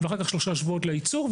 ואחר כך שלושה שבועות לייצור,